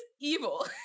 evil